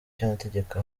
cy’amategeko